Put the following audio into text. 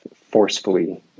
forcefully